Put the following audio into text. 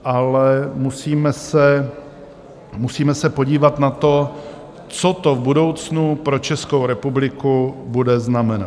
Ale musíme se podívat na to, co to v budoucnu pro Českou republiku bude znamenat.